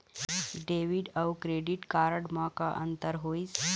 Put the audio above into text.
Debit अऊ credit card म का अंतर होइस?